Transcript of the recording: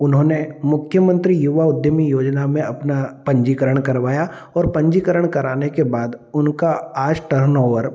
उन्होंने मुख्यमंत्री युवा उद्यमी योजना में अपना पंजीकरण करवाया और पंजीकरण कराने के बाद उनका आज़ टर्नओवर